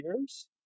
years